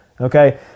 Okay